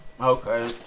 Okay